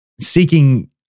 seeking